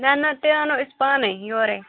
نہ نہ تیٚلہِ وونو أسۍ پانے یورَے